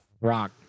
Rock